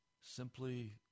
simply